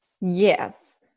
yes